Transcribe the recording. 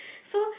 so